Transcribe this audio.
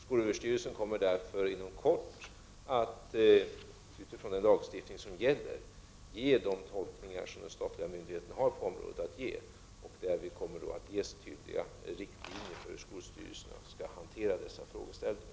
Skolöverstyrelsen kommer därför inom kort att göra de tolkningar som finns inom de statliga myndigheterna på området utifrån den lagstiftning som gäller. Därvid kommer tydliga riktlinjer att ges för hur skolstyrelserna skall hantera dessa frågeställningar.